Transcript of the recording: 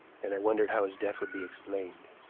and i wondered how his death would be explained.